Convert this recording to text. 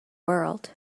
world